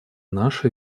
наша